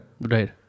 Right